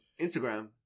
Instagram